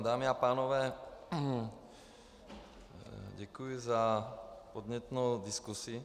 Dámy a pánové, děkuji za podnětnou diskusi.